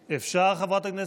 אפשר, חברת הכנסת?